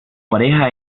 pareja